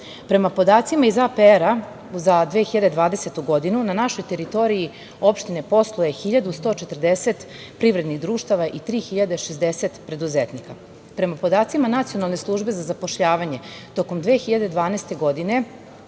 podacima iz APR-a za 2020. godinu, na našoj teritoriji opštine posluje 1.140 privrednih društava i 3.060 preduzetnika. Prema podacima Nacionalne službe za zapošljavanje, tokom 2012. godine